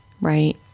Right